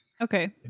Okay